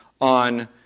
on